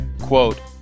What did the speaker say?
quote